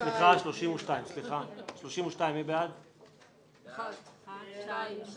לסעיף 1 לא נתקבלה.